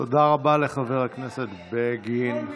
תודה רבה לחבר הכנסת בגין.